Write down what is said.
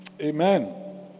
Amen